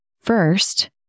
first